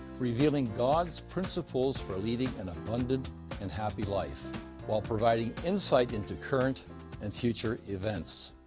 revealing god's principals for living an abundant and happy life while providing insight into current and future events.